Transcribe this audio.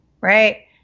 right